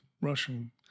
Russian